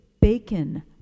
bacon